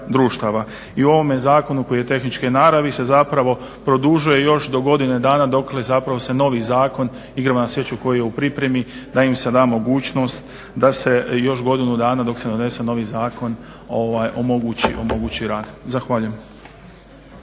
I u ovome zakonu koji je tehničke naravi se zapravo produžuje još do godine dana dokle zapravo se novi zakon igrama na sreću koji je u pripremi da im se da mogućnost da se još godinu dana dok se ne donese novi zakon omogući rad. Zahvaljujem.